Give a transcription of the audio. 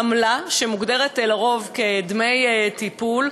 עמלה שמוגדרת לרוב כדמי טיפול,